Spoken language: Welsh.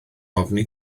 ofni